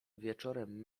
wieczorem